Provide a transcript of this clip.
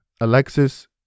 Alexis